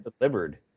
delivered